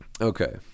Okay